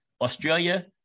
Australia